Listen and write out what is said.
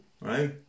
right